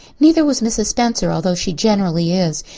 neither was mrs. spencer although she generally is.